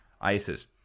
ISIS